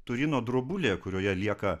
turino drobulė kurioje lieka